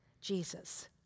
Jesus